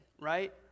right